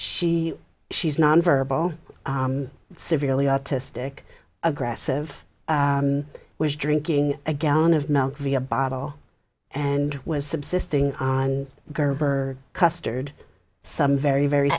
she she's nonverbal severely autistic aggressive was drinking a gallon of milk via a bottle and was subsisting on gerber custard some very very